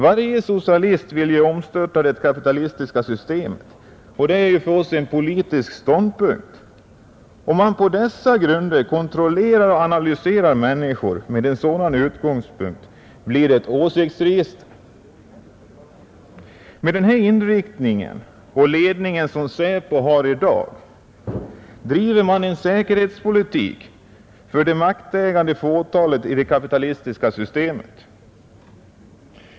Varje socialist vill ju störta det kapitalistiska systemet — det är för oss en politisk ståndpunkt. Om man kontrollerar och analyserar från en sådan utgångspunkt, blir det en åsiktsregistrering. Med den inriktning och ledning som SÄPO har i dag driver man en säkerhetspolitik för det maktägande fåtalet i det kapitalistiska systemet.